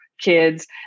kids